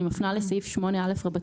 אני מפנה לסעיף 8א(ב).